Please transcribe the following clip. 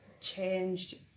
changed